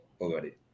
already